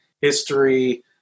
history